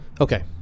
Okay